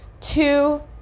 Two